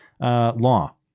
law